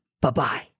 Bye-bye